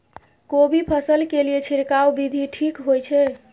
कोबी फसल के लिए छिरकाव विधी ठीक होय छै?